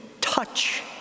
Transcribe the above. touch